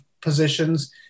positions